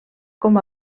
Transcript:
com